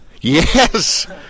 Yes